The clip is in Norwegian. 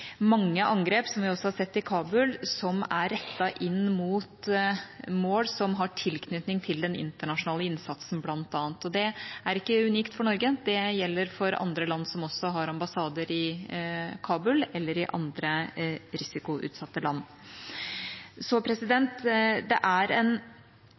mange angrep, som vi også har sett i Kabul, som er rettet inn mot mål som har tilknytning til den internasjonale innsatsen, bl.a. Og det er ikke unikt for Norge, dette gjelder også for andre land som har ambassader i Kabul eller i andre risikoutsatte land. Så det er en